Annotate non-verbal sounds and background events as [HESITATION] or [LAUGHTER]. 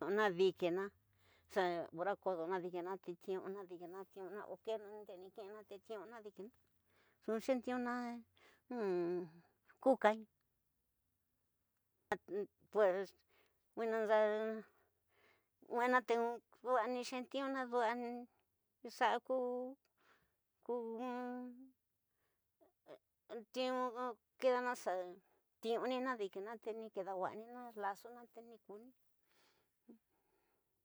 Na di kina xa na kodena dikina te ti nuna dikina te ti nuna o ke ndende ni kixina te ti nuna dikina nxu xetiuna ni [HESITATION] kuxa inu. Pues ndina nxu nuena te dua na xetiuna, ndida xara [HESITATION] ku ti tubeo kida na xa tiuni na dikina te kidawa'anina lasona te ni kuni.